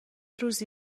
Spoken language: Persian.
روزی